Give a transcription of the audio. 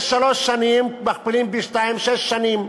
יש שלוש שנים, מכפילים בשניים, שש שנים,